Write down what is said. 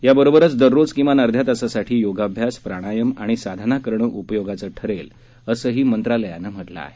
यासोबतच दररोज किमान अध्यातासाठी योगाभ्यास प्राणायाम आणि साधना करणं उपयोगाचं ठरेल असंही मंत्रालयानं सुचवलं आहे